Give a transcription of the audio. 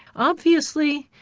obviously,